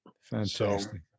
Fantastic